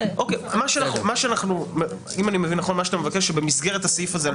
אם אני מבין נכון אתה מבקש שבמסגרת הסעיף הזה על